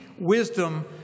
wisdom